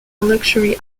luxury